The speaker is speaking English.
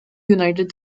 united